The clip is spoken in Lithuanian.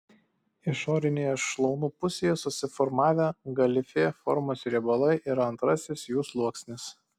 išorinėje šlaunų pusėje susiformavę galifė formos riebalai yra antrasis jų sluoksnis